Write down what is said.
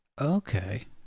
Okay